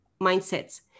mindsets